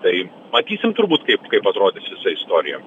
tai matysim turbūt kaip kaip atrodys visa istorija